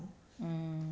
mm